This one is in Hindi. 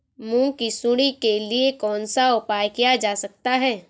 मूंग की सुंडी के लिए कौन सा उपाय किया जा सकता है?